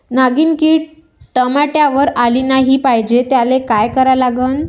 नागिन किड टमाट्यावर आली नाही पाहिजे त्याले काय करा लागन?